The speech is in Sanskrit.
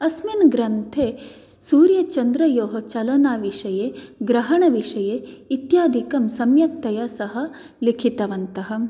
अस्मिन् ग्रन्थे सूर्यचन्द्रयोः चलनविषये ग्रहणविषये इत्यादिकं सम्यक्तया सह लिखिवन्तः